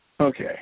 Okay